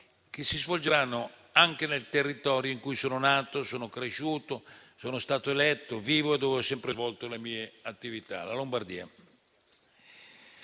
che si svolgeranno anche nel territorio in cui sono nato, cresciuto ed eletto, vivo e ho sempre svolto le mie attività: la Lombardia.